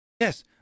Yes